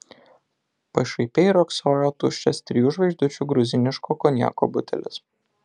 pašaipiai riogsojo tuščias trijų žvaigždučių gruziniško konjako butelis